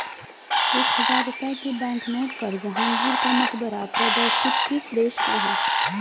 एक हजार रुपये के बैंकनोट पर जहांगीर का मकबरा प्रदर्शित किस देश का है?